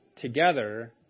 together